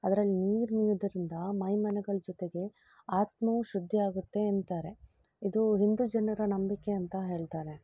ಅದ್ರಲ್ಲಿ ನೀರು ಮೀಯುದರಿಂದ ಮೈಮನಗಳ ಜೊತೆಗೆ ಆತ್ಮವು ಶುದ್ಧಿಯಾಗುತ್ತೆ ಎಂತಾರೆ ಇದು ಹಿಂದೂ ಜನರ ನಂಬಿಕೆ ಅಂತ ಹೇಳ್ತಾರೆ